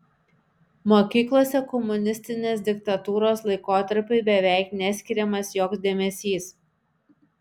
mokyklose komunistinės diktatūros laikotarpiui beveik neskiriamas joks dėmesys